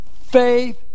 faith